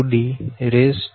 d